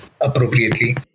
appropriately